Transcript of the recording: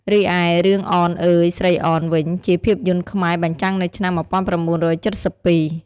រីឯ រឿងអនអើយស្រីអន វិញ ជាភាពយន្តខ្មែរ បញ្ចាំងនៅឆ្នាំ១៩៧២ ។